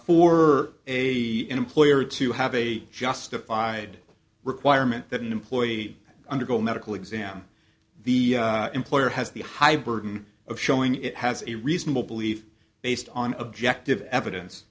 for a employer to have a justified requirement that an employee undergo a medical exam the employer has the high burden of showing it has a reasonable belief based on objective evidence